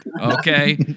Okay